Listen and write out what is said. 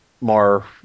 more